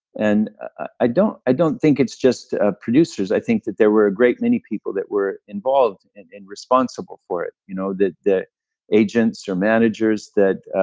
and i don't i don't think it's just ah producers. i think that there were a great many people that were involved and and responsible for it. you know that the agents or managers, that.